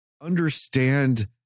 understand